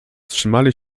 trzymali